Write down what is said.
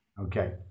Okay